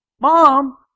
Mom